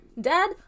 Dad